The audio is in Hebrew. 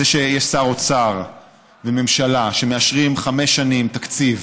זה שיש שר אוצר וממשלה שמאשרים חמש שנים תקציב,